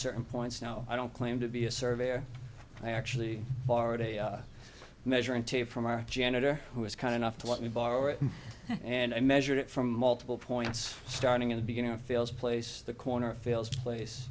certain points now i don't claim to be a surveyor i actually borrowed a measuring tape from our janitor who was kind enough to let me borrow it and i measured it from multiple points starting in the beginning of feels place the corner fails place